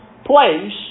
place